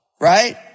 right